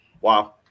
wow